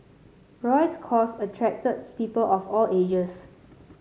Roy's cause attracted people of all ages